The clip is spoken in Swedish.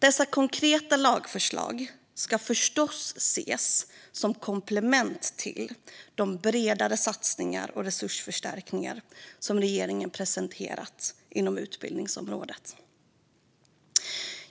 Dessa konkreta lagförslag ska förstås ses som komplement till de bredare satsningar och resursförstärkningar som regeringen presenterat inom utbildningsområdet.